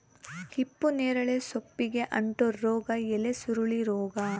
ಹಿಪ್ಪುನೇರಳೆ ಸೊಪ್ಪಿಗೆ ಅಂಟೋ ರೋಗ ಎಲೆಸುರುಳಿ ರೋಗ